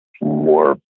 more